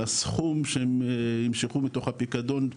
על הסכום שהם ימשכו מתוך הפיקדון ,